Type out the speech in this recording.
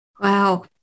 Wow